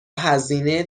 هزینه